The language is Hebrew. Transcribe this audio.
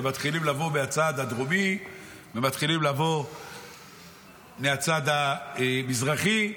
ומתחילים לבוא מהצד הדרומי ומתחילים לבוא מהצד המזרחי,